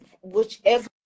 whichever